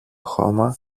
χώμα